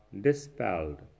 dispelled